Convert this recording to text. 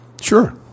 Sure